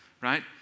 right